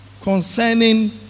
concerning